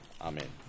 Amen